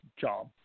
job